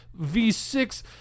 V6